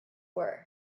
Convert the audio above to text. were